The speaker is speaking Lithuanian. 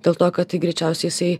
dėl to kad tai greičiausiai jisai